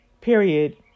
period